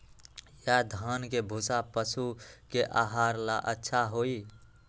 या धान के भूसा पशु के आहार ला अच्छा होई?